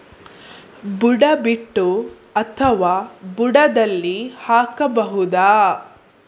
ಬುಡ ಬಿಟ್ಟು ಅಥವಾ ಬುಡದಲ್ಲಿ ಹಾಕಬಹುದಾ?